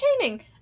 entertaining